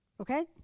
Okay